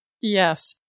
Yes